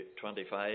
25